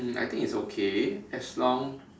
um I think it's okay as long